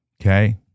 okay